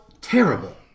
terrible